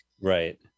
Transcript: Right